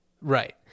right